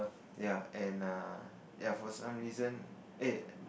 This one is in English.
ya and err ya for some reason eh